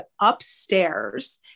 upstairs